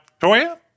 Toya